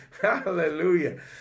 hallelujah